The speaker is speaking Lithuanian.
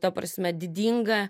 ta prasme didingą